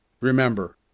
Remember